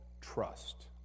trust